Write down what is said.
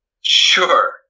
Sure